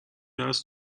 هست